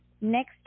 next